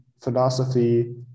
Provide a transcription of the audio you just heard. philosophy